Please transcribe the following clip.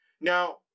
Now